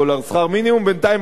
בינתיים הדולר ירד.